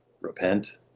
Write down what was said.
repent